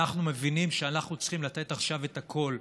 אנחנו מבינים שאנחנו צריכים לתת עכשיו את הכול,